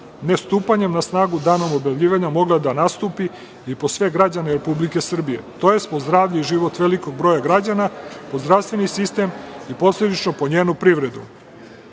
nestupanjem na snagu danom objavljivanja mogla da nastupi i po sve građane Republike Srbije, tj. po zdravlje i život velikog broja građana, po zdravstveni sistem i posledično po njenu privredu. Kako